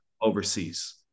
Overseas